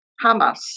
Hamas